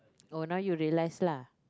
oh now you relax lah